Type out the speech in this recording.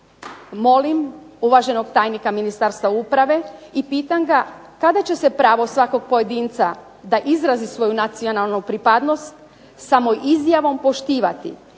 molim uvaženog tajnika Ministarstva uprave i pitam ga kada će se pravo svakog pojedinca da izrazi svoju nacionalnu pripadnost samo izjavom poštivati